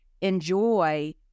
enjoy